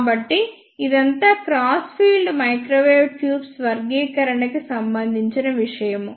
కాబట్టి ఇదంతా crossed field microwave tubes వర్గీకరణ కి సంబంధించిన విషయము